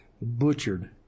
butchered